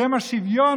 בשם השוויון,